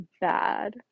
bad